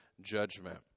judgment